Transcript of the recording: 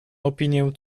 opinię